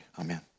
Amen